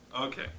Okay